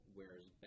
Whereas